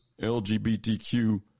LGBTQ